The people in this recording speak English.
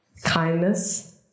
kindness